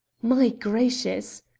my gracious!